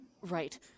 Right